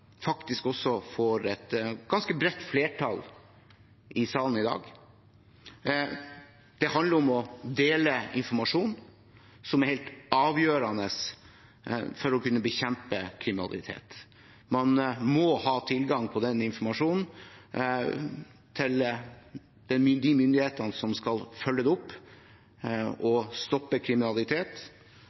faktisk også får et ganske bredt flertall i salen i dag. Det handler om å dele informasjon som er helt avgjørende for å kunne bekjempe kriminalitet. De myndighetene som skal følge det opp og stoppe kriminalitet, må ha tilgang på den informasjonen.